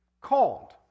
Called